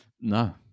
no